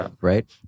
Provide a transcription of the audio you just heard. right